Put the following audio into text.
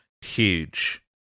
huge